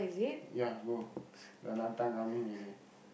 ya bro Valentine coming already